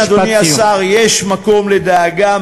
כן, אדוני השר, יש מקום לדאגה.